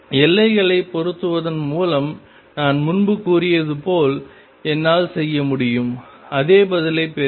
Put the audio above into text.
எல்லைகளை பொருத்துவதன் மூலம் நான் முன்பு கூறியது போல் என்னால் செய்ய முடியும் அதே பதிலைப் பெறுவேன்